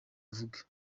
avuge